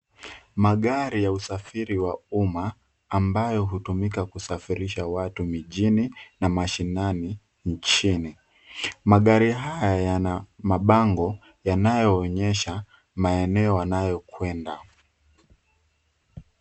Magari ya usafiri wa umma ambayo hutumika kusafirisha watu mijini na mashinani nchini. Magari haya yana mabango yanayoonyesha maeneo wanayokwenda.